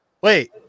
Wait